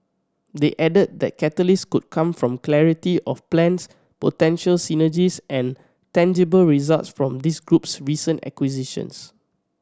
they added that catalysts could come from clarity of plans potential synergies and tangible results from this group's recent acquisitions